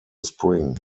spring